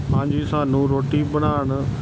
ਹਾਂਜੀ ਸਾਨੂੰ ਰੋਟੀ ਬਣਾਉਣ